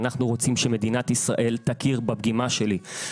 אנחנו רוצים שמדינת ישראל תכיר בפגימה שלי.